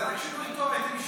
זה רק שינוי כתובת.